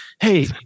Hey